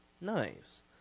Nice